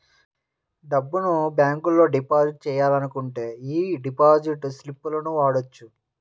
డబ్బును బ్యేంకులో డిపాజిట్ చెయ్యాలనుకుంటే యీ డిపాజిట్ స్లిపులను వాడొచ్చు